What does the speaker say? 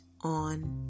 on